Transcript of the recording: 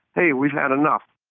hey, we've had enough.